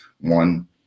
One